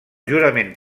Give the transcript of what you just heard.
jurament